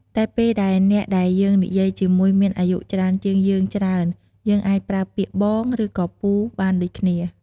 តែពេលដែលអ្នកដែលយើងនិយាយជាមួយមានអាយុច្រើនជាងយើងច្រើន យើងអាចប្រើពាក្យ "បង" ឬក៏ "ពូ" បានដូចគ្នា។